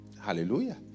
Hallelujah